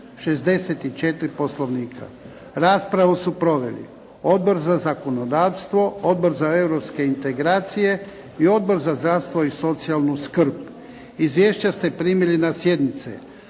164. Poslovnika. Raspravu su proveli Odbora za zakonodavstvo, Odbor za europske integracije i Odbor za zdravstvo i socijalnu skrb. Izvješća ste primili na sjednici.